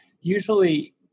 usually